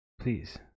please